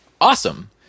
awesome